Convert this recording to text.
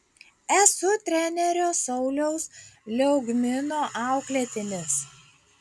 esu trenerio sauliaus liaugmino auklėtinis